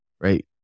right